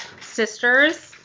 sisters